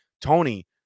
Tony